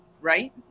right